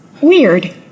weird